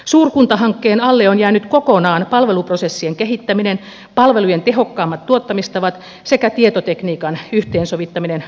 suurkuntahankkeen alle on jäänyt kokonaan palveluprosessien kehittäminen palvelujen tehokkaammat tuottamistavat sekä tietotekniikan yhteensovittaminen muun muassa